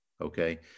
Okay